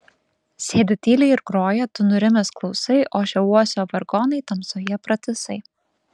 sėdi tyliai ir groja tu nurimęs klausai ošia uosio vargonai tamsoje pratisai